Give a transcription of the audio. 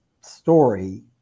story